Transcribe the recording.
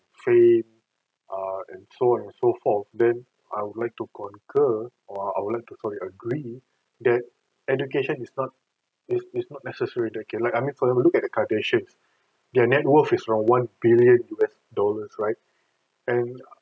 fame uh and so on and so forth then I would like to concur or I would like totally agree that education is not it is not necessary there K like I mean look at the kardashian their net worth is around one billion U_S dollars right and